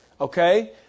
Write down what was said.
okay